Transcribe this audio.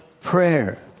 Prayer